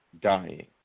dying